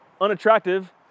unattractive